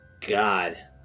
god